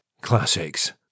Classics